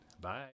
Bye